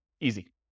Easy